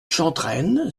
chantrenne